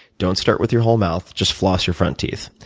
don't start with your whole mouth. just floss your front teeth,